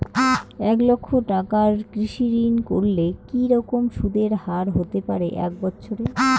এক লক্ষ টাকার কৃষি ঋণ করলে কি রকম সুদের হারহতে পারে এক বৎসরে?